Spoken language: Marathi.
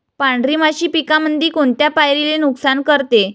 पांढरी माशी पिकामंदी कोनत्या पायरीले नुकसान करते?